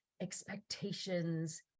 expectations